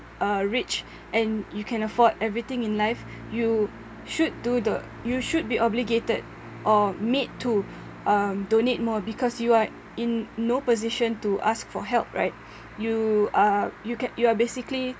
uh rich and you can afford everything in life you should do the you should be obligated or made to um donate more because you are in no position to ask for help right you uh you ca~ you are basically